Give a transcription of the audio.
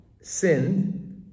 sinned